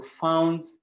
found